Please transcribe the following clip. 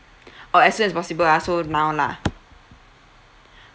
oh as soon as possible ah so now lah